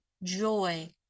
joy